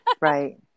Right